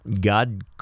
God